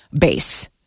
base